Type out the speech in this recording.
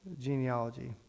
genealogy